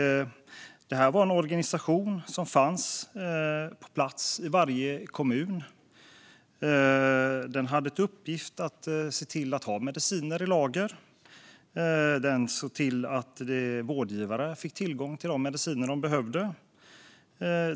Det var tidigare en organisation som fanns på plats i varje kommun. Den hade till uppgift att ha mediciner i lager. Den såg till att vårdgivare fick tillgång till de mediciner de behövde.